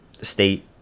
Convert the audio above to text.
state